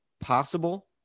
possible